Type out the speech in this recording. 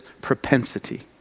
propensity